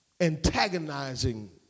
antagonizing